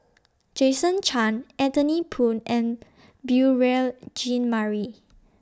Jason Chan Anthony Poon and Beurel Jean Marie